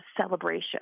celebration